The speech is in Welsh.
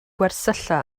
gwersylla